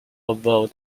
vote